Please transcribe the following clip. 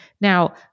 Now